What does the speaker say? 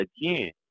again